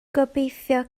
gobeithio